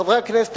חברי הכנסת,